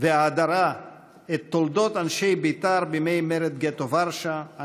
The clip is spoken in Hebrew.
וההדרה את תולדות אנשי בית"ר בימי מרד גטו ורשה,